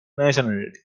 nationality